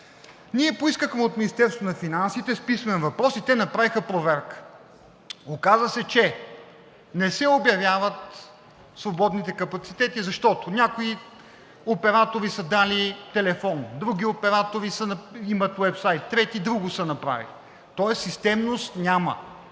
– с писмен въпрос – и те направиха проверка. Оказа се, че не се обявяват свободните капацитети, защото някои оператори са дали телефон, други оператори имат уебсайт, трети друго са направили. Тоест системност няма.